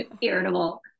irritable